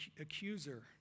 accuser